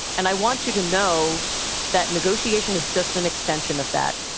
and i want you to know that negotiation is just an extension of that